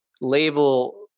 label